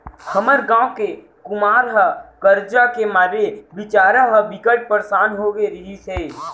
हमर गांव के कुमार ह करजा के मारे बिचारा ह बिकट परसान हो गे रिहिस हे